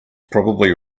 probably